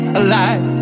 alive